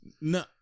No